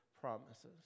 promises